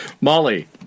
Molly